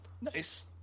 Nice